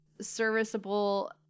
serviceable